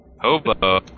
Hobo